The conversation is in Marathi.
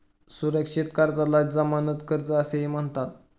सुरक्षित कर्जाला जमानती कर्ज असेही म्हणतात